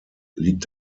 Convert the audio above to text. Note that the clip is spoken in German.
liegt